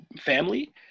family